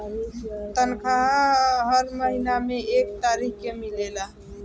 तनखाह हर महीना में एक तारीख के मिलेला